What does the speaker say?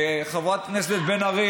חברת הכנסת בן ארי,